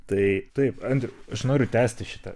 tai taip andriau aš noriu tęsti šitą